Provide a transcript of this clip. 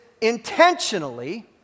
intentionally